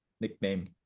nickname